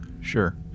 sure